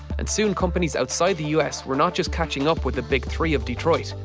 and soon companies outside the us were not just catching up with the big three of detroit.